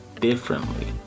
differently